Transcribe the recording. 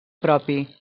propi